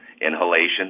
inhalation